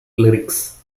lyrics